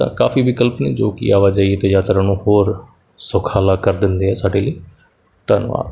ਤਾਂ ਕਾਫੀ ਵਿਕਲਪ ਨੇ ਜੋ ਕਿ ਆਵਾਜਾਈ ਅਤੇ ਯਾਤਾਯਾਤ ਨੂੰ ਹੋਰ ਸੁਖਾਲਾ ਕਰ ਦਿੰਦੇ ਆ ਸਾਡੇ ਲਈ ਧੰਨਵਾਦ